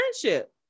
friendship